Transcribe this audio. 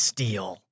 Steel